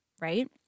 right